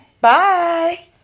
Bye